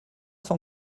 cent